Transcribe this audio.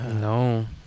No